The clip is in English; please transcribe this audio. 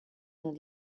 not